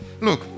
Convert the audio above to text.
Look